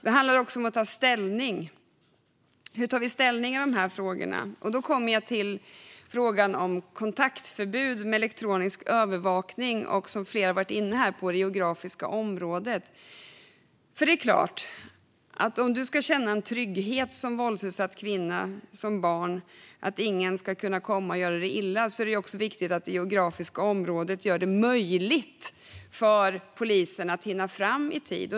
Det handlar också om hur vi tar vi ställning i de här frågorna. Då kommer jag till frågan om kontaktförbud med elektronisk övervakning och, som flera här varit inne på, det geografiska området. Om man som våldsutsatt kvinna eller barn ska kunna känna sig trygg i att ingen ska kunna komma och göra en illa är det viktigt att det geografiska området gör det möjligt för polisen att hinna fram i tid.